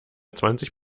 zwanzig